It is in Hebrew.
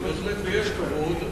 ובהחלט יש כבוד,